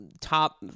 top